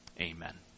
Amen